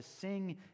sing